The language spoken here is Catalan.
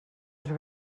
els